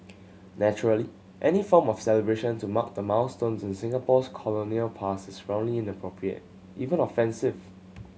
naturally any form of celebration to mark the milestones in Singapore's colonial past is roundly inappropriate even offensive